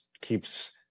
keeps